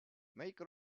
make